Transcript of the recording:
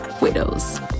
Widows